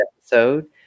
episode